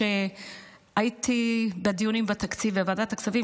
הייתי בדיונים בתקציב בוועדת הכספים,